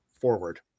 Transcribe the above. forward